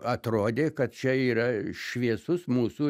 atrodė kad čia yra šviesus mūsų